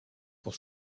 pour